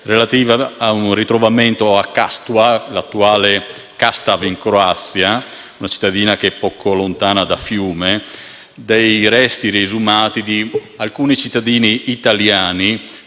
relativa al ritrovamento a Castua (l'attuale Kastav, in Croazia, una cittadina poco lontana da Fiume) dei resti riesumati di alcuni cittadini italiani